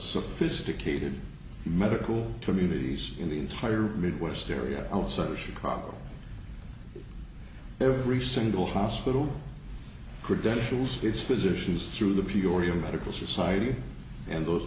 sophisticated medical communities in the entire midwest area outside of chicago every single hospital credentials its physicians through the peoria medical society and those